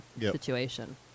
situation